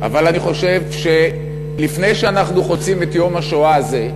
אבל אני חושב שלפני שאנחנו חוצים את יום השואה הזה,